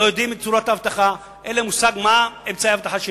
לא יודעים את צורת האבטחה ואין להם מושג מה אמצעי האבטחה שננקטו?